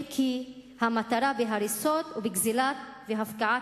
אם כי המטרה בהריסות ובגזלה ובהפקעה